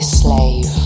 slave